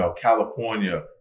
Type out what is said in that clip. California